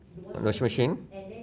washing machine